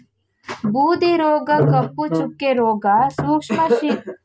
ಬೂದಿ ರೋಗ, ಕಪ್ಪು ಚುಕ್ಕೆ, ರೋಗ, ಸೂಕ್ಷ್ಮ ಶಿಲಿಂದ್ರ ರೋಗಗಳನ್ನು ಸಾಮಾನ್ಯ ಗಿಡಗಳಲ್ಲಿ ಕಾಣಬೋದು